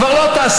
כבר לא תעשה,